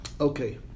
Okay